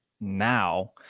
now